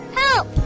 help